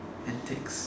antics